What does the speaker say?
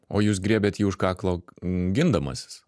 o jūs griebėt jį už kaklo gindamasis